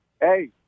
Hey